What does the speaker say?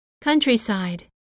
countryside